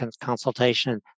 consultation